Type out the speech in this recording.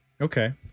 Okay